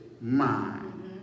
mind